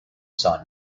saw